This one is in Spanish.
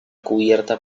cubierta